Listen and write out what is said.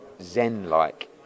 zen-like